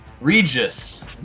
Regis